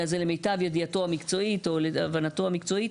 אלא זה למיטב ידיעתו המקצועית או להבנתו המקצועית.